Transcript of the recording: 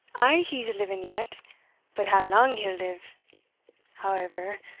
ay, he's living yet but how lang he'll live however,